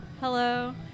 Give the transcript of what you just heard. Hello